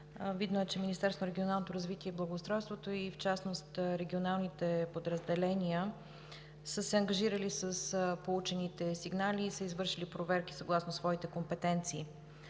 развитие и благоустройството, и в частност регионалните подразделения, са се ангажирали с получените сигнали и са извършили проверки съгласно своите компетенции